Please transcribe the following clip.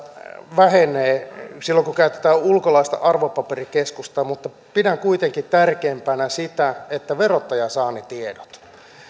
vähenee silloin kun käytetään ulkolaista arvopaperikeskusta mutta pidän kuitenkin tärkeimpänä sitä että verottaja saa ne tiedot